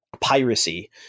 piracy